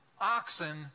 oxen